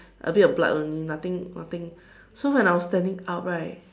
a bit of blood only nothing nothing so when I was standing up right